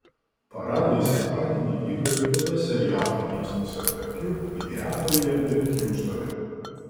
paradai sekmadienį vyko ir kituose jav miestuose tarp jų mineapolyje ir hjustone